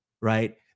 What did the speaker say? Right